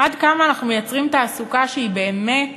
עד כמה אנחנו מייצרים תעסוקה שבאמת